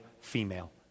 female